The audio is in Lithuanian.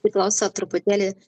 priklauso truputėlį